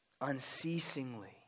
Unceasingly